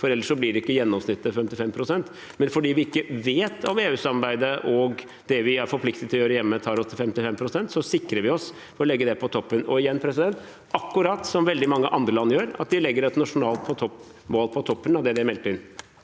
for ellers blir ikke gjennomsnittet 55 pst. Men fordi vi ikke vet om EUsamarbeidet og det vi er forpliktet til å gjøre hjemme, tar oss til 55 pst., sikrer vi oss ved å legge dette på toppen. Igjen: Akkurat som veldig mange andre land gjør, legger vi et nasjonalt mål på toppen av det vi har meldt inn.